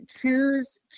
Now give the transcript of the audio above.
choose